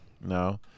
No